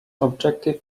objective